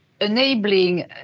enabling